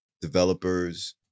developers